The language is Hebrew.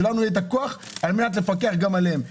שלנו יהיה הכוח לפקח גם עליהם.